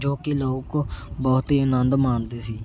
ਜੋ ਕਿ ਲੋਕ ਬਹੁਤ ਹੀ ਅਨੰਦ ਮਾਣਦੇ ਸੀ